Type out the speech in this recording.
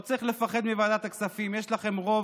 לא צריך לפחד מוועדת הכספים, יש לכם רוב.